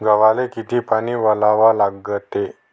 गव्हाले किती पानी वलवा लागते?